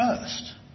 first